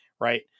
right